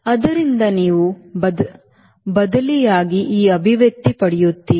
ಆದ್ದರಿಂದ ನೀವು ಬದಲಿಯಾಗಿ ಈ ಅಭಿವ್ಯಕ್ತಿ ಪಡೆಯುತ್ತೀರಿ